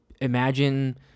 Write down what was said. imagine